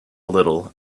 little